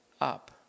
up